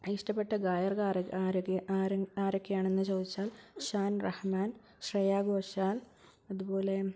ഇഷ്ടപ്പെട്ട ഗായകർ ആരൊക്കെയാണെന്നു ചോദിച്ചാൽ ഷാൻ റഹ്മാൻ ശ്രേയ ഘോഷാൽ അതുപോലെ